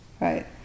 right